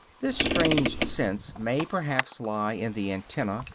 this strange sense may perhaps lie in the antennae,